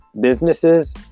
Businesses